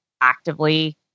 actively